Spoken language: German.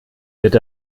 wird